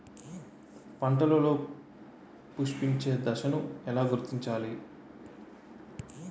పంటలలో పుష్పించే దశను ఎలా గుర్తించాలి?